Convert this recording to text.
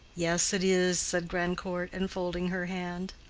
yes it is, said grandcourt, enfolding her hand.